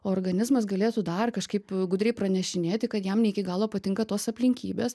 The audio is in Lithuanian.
organizmas galėtų dar kažkaip gudriai pranešinėti kad jam ne iki galo patinka tos aplinkybės